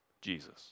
Jesus